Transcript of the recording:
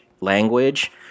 language